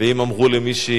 ואם אמרו למישהי,